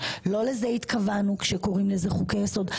לא לזה התכוונו כשקוראים לזה חוקי יסוד.